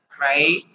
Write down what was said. right